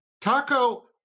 Taco